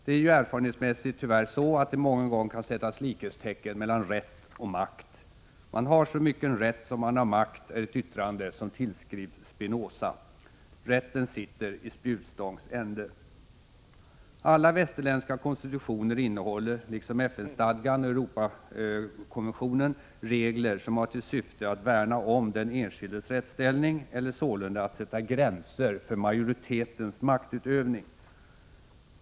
Det är ju erfarenhetsmässigt tyvärr så, att det mången gång kan sättas likhetstecken mellan rätt och makt. Man har så mycken rätt som man har makt, är ett yttrande som tillskrivs Spinoza. Rätten sitter i spjutstångs ände. Alla västerländska konstitutioner innehåller liksom FN-stadgan och Europakonventionen regler som har till syfte att värna om den enskildes rättsställning eller sålunda att sätta gränser för majoritetens maktutövning.